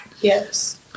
Yes